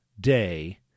day